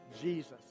Jesus